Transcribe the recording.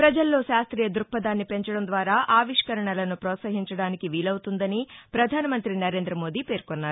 ప్రపజల్లో శాస్త్రీయ దృక్పధాన్ని పెంచడం ద్వారా ఆవిష్కరణలను ప్రోత్సహించడానికి వీలవుతుందని ప్రధానమంత్రి నరేందమోదీ పేర్కొన్నారు